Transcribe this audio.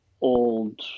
old